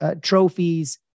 trophies